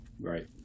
Right